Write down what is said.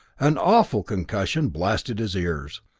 an awful concussion blasted his ears.